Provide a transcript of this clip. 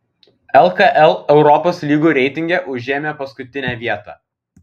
lkl europos lygų reitinge užėmė paskutinę vietą